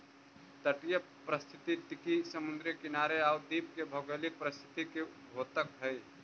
तटीय पारिस्थितिकी समुद्री किनारे आउ द्वीप के भौगोलिक परिस्थिति के द्योतक हइ